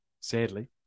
sadly